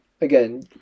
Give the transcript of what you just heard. again